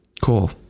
Cool